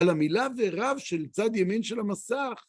‫על המילה ורב שבצד ימין של המסך.